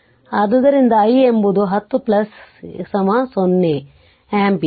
ಆದ್ದರಿಂದ i ಎಂಬುದು 1 0 0 ampere